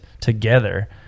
together